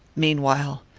meanwhile,